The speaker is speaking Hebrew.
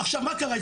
עכשיו מה קרה?